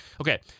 okay